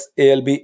ALB